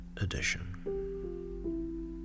edition